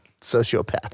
sociopath